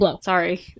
Sorry